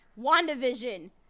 WandaVision